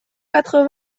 quatre